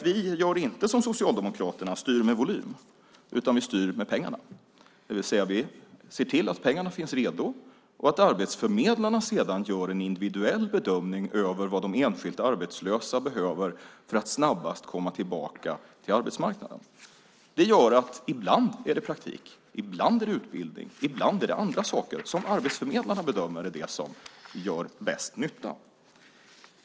Vi gör inte som Socialdemokraterna och styr med volym, utan vi styr med pengarna, det vill säga ser till att pengarna finns redo och att arbetsförmedlarna sedan gör en individuell bedömning av vad de enskilda arbetslösa behöver för att snabbast komma tillbaka till arbetsmarknaden. Det gör att det ibland är praktik, ibland utbildning och ibland andra saker som arbetsförmedlarna bedömer är det som gör mest nytta.